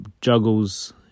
juggles